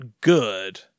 good